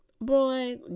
boy